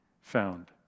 found